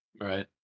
Right